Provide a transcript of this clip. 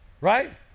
right